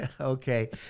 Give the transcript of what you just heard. okay